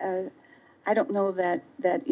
i don't know that that